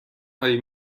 هایی